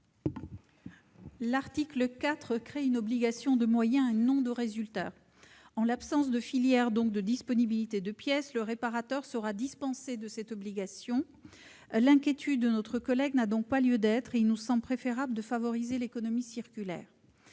L'article 4 crée une obligation de moyens, et non de résultat. En l'absence de filière de disponibilité de pièces, le réparateur sera dispensé de cette obligation. L'inquiétude de notre collègue n'a donc pas lieu d'être, et il nous semble préférable de favoriser l'économie circulaire.